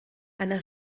einer